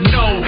no